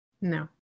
No